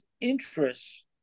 interests